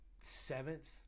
seventh